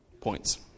Points